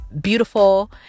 beautiful